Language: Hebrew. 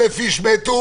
1,000 איש מתו